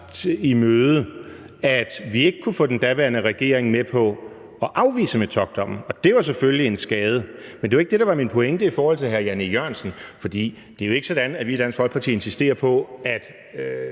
i møde, at vi ikke kunne få den daværende regering med på at afvise Metockdommen, og det var selvfølgelig en skade. Men det var ikke det, der var min pointe i forhold til hr. Jan E. Jørgensen. For det er jo ikke sådan, at vi i Dansk Folkeparti insisterer på –